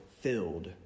filled